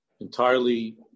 entirely